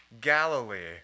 Galilee